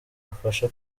afasha